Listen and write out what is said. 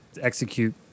execute